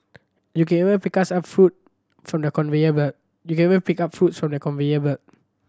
you can even pick fruits from the conveyor belt you can even pick up fruits from the conveyor belt